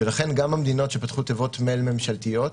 ולכן גם המדינות שפתחו תיבות מייל ממשלתיות,